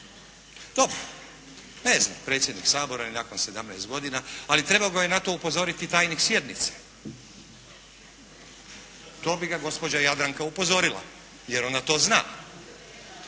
Dobro. Ne zna predsjednik Sabora ni nakon 17 godina ali trebao ga je na to upozoriti tajnik sjednice. To bi ga gospođa Jadranka upozorila jer ona to zna.